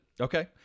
Okay